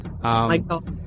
Michael